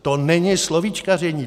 To není slovíčkaření.